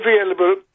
available